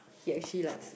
he actually likes